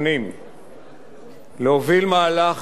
להוביל מהלך באבחת חרב אחת